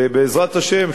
ובעזרת השם,